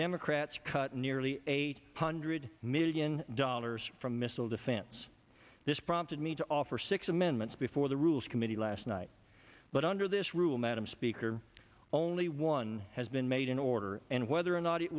democrats cut nearly eight hundred million dollars from missile defense this prompted me to offer six amendments before the rules committee last night but under this rule madam speaker only one has been made in order and whether or not it